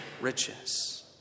riches